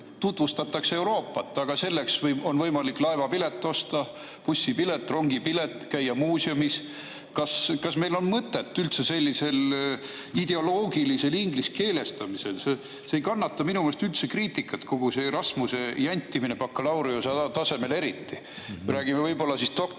tutvustatakse Euroopat, aga selleks on võimalik osta laevapilet, bussipilet, rongipilet, käia muuseumis. Kas meil on mõtet üldse sellisel ideoloogilisel ingliskeelestamisel? See ei kannata minu meelest üldse kriitikat, kogu see Erasmuse jantimine, bakalaureusetasemel eriti. Räägime doktoritasemest,